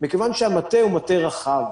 מכיוון שהמטה הוא מטה רחב,